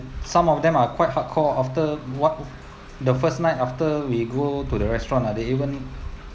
some of them are quite hardcore after what the first night after we go to the restaurant ah they even